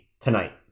tonight